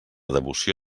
devoció